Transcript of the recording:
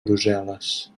brussel·les